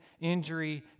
injury